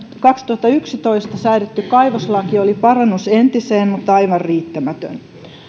kaksituhattayksitoista säädetty kaivoslaki oli parannus entiseen mutta aivan riittämätön